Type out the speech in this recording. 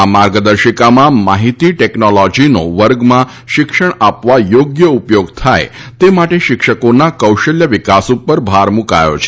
આ માર્ગદર્શિકામાં માહિતી ટેકનોલોજીનો વર્ગમાં શિક્ષણ આપવા યોગ્ય ઉપયોગ થાય તે માટે શિક્ષકોના કૌશલ્ય વિકાસ ઉપર ભાર મૂકાયો છે